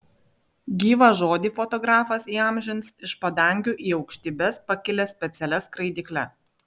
gyvą žodį fotografas įamžins iš padangių į aukštybes pakilęs specialia skraidykle